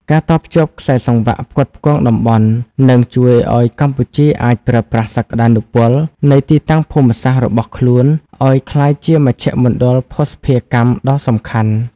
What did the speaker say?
ការតភ្ជាប់ខ្សែសង្វាក់ផ្គត់ផ្គង់តំបន់ នឹងជួយឱ្យកម្ពុជាអាចប្រើប្រាស់សក្ដានុពលនៃទីតាំងភូមិសាស្ត្ររបស់ខ្លួនឱ្យក្លាយជាមជ្ឈមណ្ឌលភស្តុភារកម្មដ៏សំខាន់។